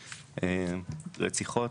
רציחות,